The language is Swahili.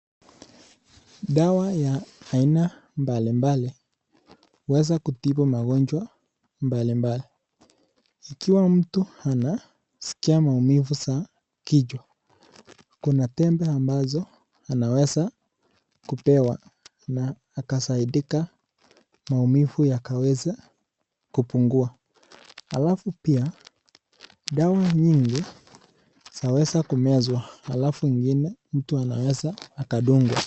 Dawa ya aina mbalimbali huweza kutibu magonjwa mbalimbali. Ikiwa mtu anasikia maumivu za kichwa, kuna tembe ambazo anaweza kupewa na akasaidika maumivu yakaweza kupungua. Alafu pia dawa nyingi zaweza kumezwa, alafu ingine mtu anaweza akadungwa.